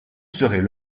serait